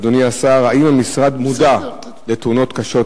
אדוני השר: האם המשרד מודע לתאונות הקשות?